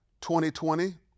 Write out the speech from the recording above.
2020